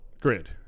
Grid